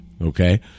Okay